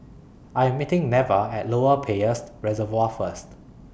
I Am meeting Neva At Lower Peirce Reservoir First